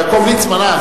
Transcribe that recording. יעקב ליצמן.